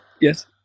Yes